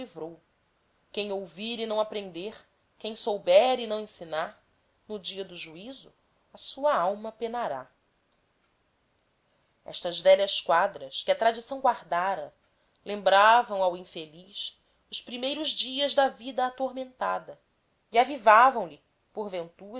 livrou quem ouvir e não aprender quem souber e não ensinar no dia do juízo a sua alma penará stas velhas quadras que a tradição guardara lembravam ao infeliz os primeiros dias da vida atormentada e avivavam lhe porventura